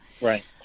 Right